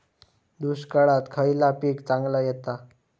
दुष्काळात खयला पीक चांगला येता?